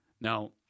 Now